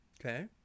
Okay